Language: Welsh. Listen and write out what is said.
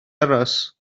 aros